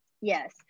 Yes